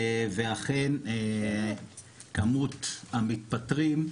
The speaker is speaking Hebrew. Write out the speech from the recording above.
ואכן כמות המתפטרים,